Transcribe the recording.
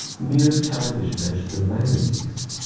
mere childish and vanities.